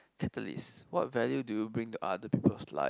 catalyst what value do you bring to other peoples life